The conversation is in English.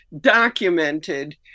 documented